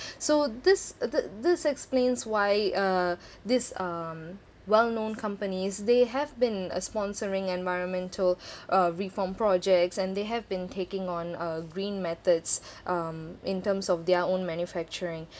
so this thi~ this explains why uh this um well known companies they have been uh sponsoring environmental uh reform projects and they have been taking on uh green methods um in terms of their own manufacturing